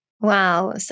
Wow